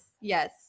yes